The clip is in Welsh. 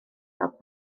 fel